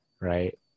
right